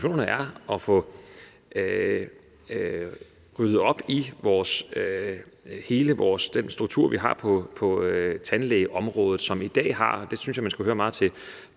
er at få ryddet op i hele den struktur, vi har på tandlægeområdet, hvor der i dag er – der synes jeg, man burde lytte